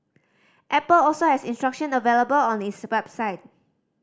Apple also has instruction available on its website